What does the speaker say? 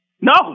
No